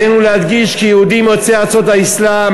עלינו להדגיש כי יהודים יוצאי ארצות האסלאם